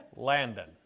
Landon